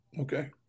Okay